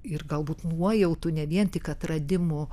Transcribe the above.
ir galbūt nuojautų ne vien tik atradimų